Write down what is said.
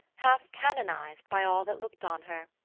half-canonized by all that looked on her,